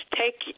take